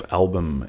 album